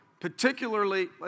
particularly